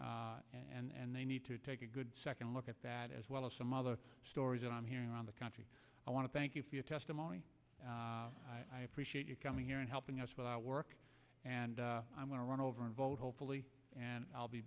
disaster and they need to take a good second look at that as well as some other stories that i'm hearing around the country i want to thank you for your testimony i appreciate you coming here and helping us with our work and i'm going to run over a vote hopefully and i'll be